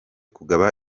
kugaba